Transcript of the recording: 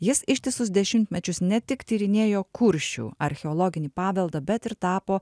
jis ištisus dešimtmečius ne tik tyrinėjo kuršių archeologinį paveldą bet ir tapo